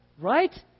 right